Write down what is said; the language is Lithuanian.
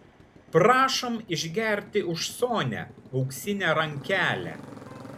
prašom išgerti už sonią auksinę rankelę